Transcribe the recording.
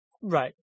Right